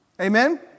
Amen